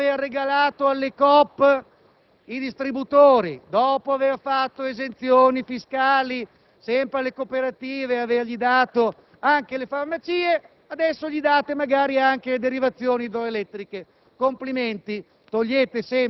Stiamo parlando di un esproprio che non tocca solamente l'ENEL e l'Edison, come aziende in quanto tali, ma anche i risparmiatori. Voi, con un emendamento, andate a toccare la tasca di milioni di risparmiatori.